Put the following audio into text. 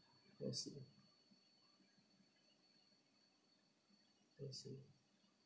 I see I see